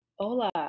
Hola